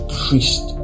priest